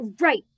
Right